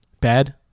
Bad